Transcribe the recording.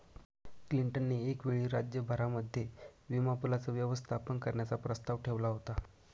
Clinton ने एक वेळी राज्य भरामध्ये विमा पूलाचं व्यवस्थापन करण्याचा प्रस्ताव ठेवला होता